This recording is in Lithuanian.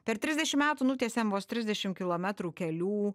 per trisdešim metų nutiesėm vos trisdešim kilometrų kelių